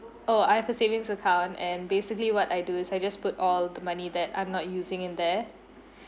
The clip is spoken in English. oh I have a savings account and basically what I do is I just put all the money that I'm not using in there